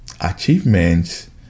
achievements